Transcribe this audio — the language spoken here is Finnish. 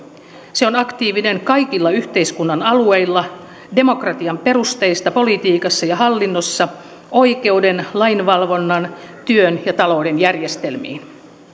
se on aktiivinen kaikilla yhteiskunnan alueilla demokratian perusteista politiikassa ja hallinnossa oikeuden lain valvonnan työn ja talouden järjestelmiin